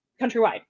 countrywide